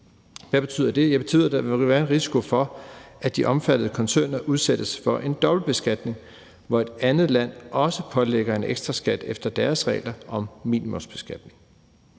Hvad betyder det? Ja, det betyder, at der vil være en risiko for, at de omfattede koncerner udsættes for en dobbeltbeskatning, hvor et andet land pålægger dem en ekstraskat efter deres regler om minimumsbeskatning.